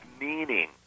meaning